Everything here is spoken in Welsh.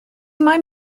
moyn